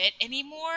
anymore